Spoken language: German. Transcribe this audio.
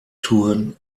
thurn